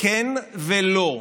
בכן ולא,